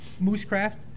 Moosecraft